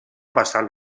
bastant